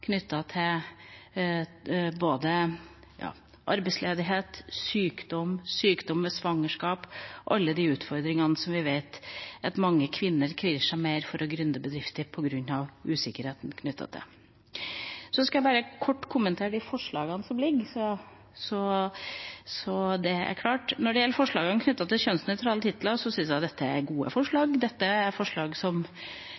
til arbeidsledighet, sykdom, sykdom ved svangerskap – alle de utfordringene som det er knyttet usikkerhet til, og som vi vet er grunnen til at mange kvinner kvier seg mer for å «gründe» bedrifter. Så skal jeg bare kort kommentere de forslagene som foreligger – så det er klart. Når det gjelder forslagene knyttet til kjønnsnøytrale titler, synes jeg det er gode